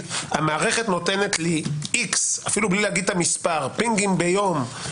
המערכת נותנת לי איקס אפילו בלי לומר את המספר פינגים ביום,